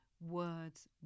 words